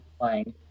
playing